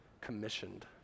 commissioned